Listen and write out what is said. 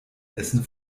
essen